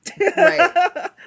Right